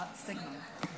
סגמן.